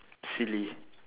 silly